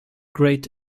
great